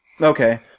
Okay